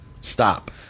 Stop